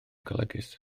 golygus